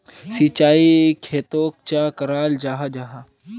सिंचाई खेतोक चाँ कराल जाहा जाहा?